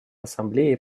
ассамблеи